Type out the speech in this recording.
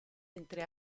entre